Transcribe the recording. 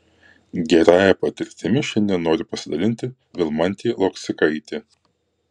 gerąja patirtimi šiandien nori pasidalinti vilmantė lokcikaitė